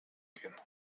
gehen